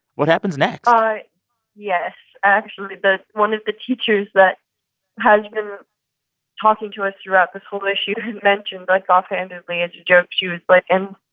what happens next? yes. actually, the one of the teachers that has been talking to us throughout this whole issue has mentioned, like, offhandedly, as a joke she was but um